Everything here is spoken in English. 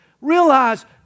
Realize